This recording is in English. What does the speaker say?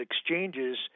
exchanges